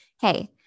hey